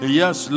yes